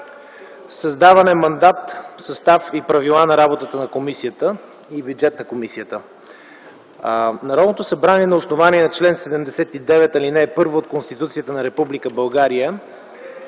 „Създаване, мандат, състав и правила на работата на комисията и бюджет на комисията. Народното събрание на основание чл. 79, ал. 1 от Конституцията на Република